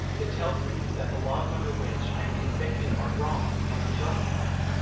it tells me that the laws under which i am convicted are wrong and unjust laws,